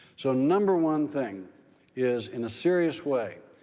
so number one thing is, in a serious way,